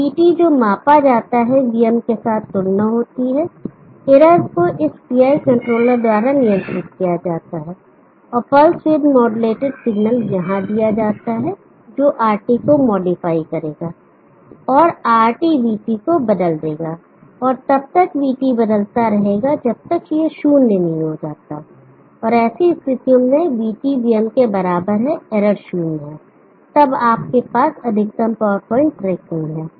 vT जो मापा जाता है vm के साथ तुलना होती है इरर को इस PI कंट्रोलर द्वारा नियंत्रित किया जाता है और पल्स विद माड्यूलेटेड सिगनल यहां दिया गया है जो RT को मॉडिफाई करेगा और RT vT को बदल देगा और तब तक vT बदलता रहेगा जब तक यह शून्य नहीं हो जाता ऐसी स्थितियों में vT vm के बराबर है इरर शून्य है तब आपके पास अधिकतम पॉवर पॉइंट ट्रैकिंग है